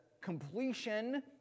completion